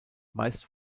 meist